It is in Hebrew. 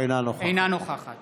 אינה נוכחת